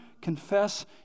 confess